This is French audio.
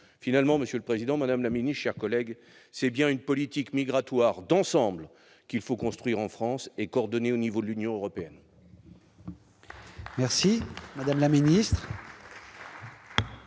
madame la garde des sceaux, mes chers collègues, c'est bien une politique migratoire d'ensemble qu'il faut construire en France et coordonner au niveau de l'Union européenne.